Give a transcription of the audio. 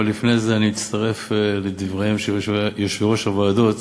אבל לפני זה אני מצטרף לדבריהם של יושבי-ראש הוועדות